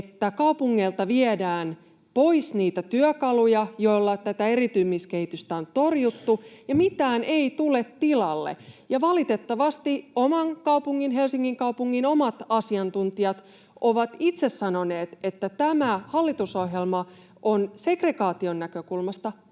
kaupungeilta viedään pois niitä työkaluja, joilla tätä eriytymiskehitystä on torjuttu, ja mitään ei tule tilalle. Valitettavasti Helsingin kaupungin omat asiantuntijat ovat itse sanoneet, että tämä hallitusohjelma on segregaation näkökulmasta hälyttävä